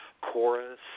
chorus